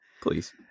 please